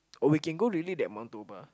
or we can go really that Mount-Toba